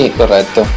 corretto